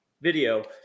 video